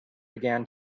began